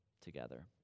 together